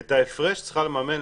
את ההפרש צריכה לממן,